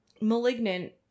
Malignant